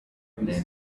then